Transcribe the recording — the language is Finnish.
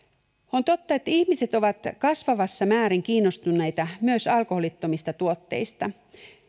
on totta että ihmiset ovat kasvavassa määrin kiinnostuneita myös alkoholittomista tuotteista